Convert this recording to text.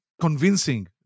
convincing